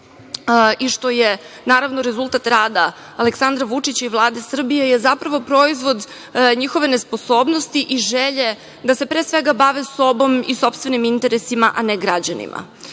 i što je naravno rezultat rada, Aleksandra Vučića i Vlade Srbije, je zapravo proizvod njihove nesposobnosti i želje da se, pre svega bave sobom i sopstvenim interesima, a ne građanima.